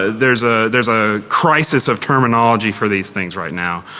ah there's a there's a crisis of terminology for these things right now.